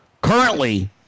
Currently